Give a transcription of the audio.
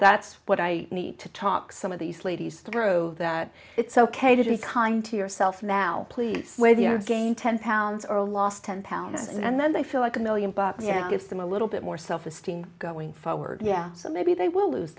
that's what i need to talk some of these ladies through that it's ok to be kind to yourself now please wear the i've gained ten pounds or lost ten pounds and then they feel like a million bucks gives them a little bit more self esteem going forward yeah so maybe they will lose